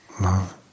love